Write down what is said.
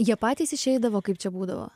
jie patys išeidavo kaip čia būdavo